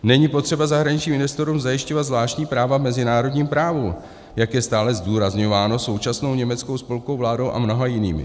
Není potřeba zahraničním investorům zajišťovat zvláštní práva v mezinárodním právu, jak je stále zdůrazňováno současnou německou spolkovou vládou a mnoha jinými.